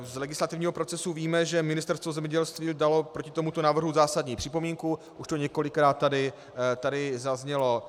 Z legislativního procesu víme, že Ministerstvo zemědělství dalo proti tomuto návrhu zásadní připomínku, už to tu několikrát zaznělo.